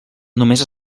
només